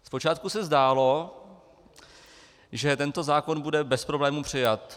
Zpočátku se zdálo, že tento zákon bude bez problému přijat.